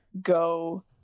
go